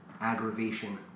aggravation